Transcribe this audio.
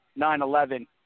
9-11